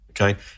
okay